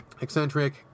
Eccentric